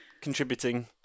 contributing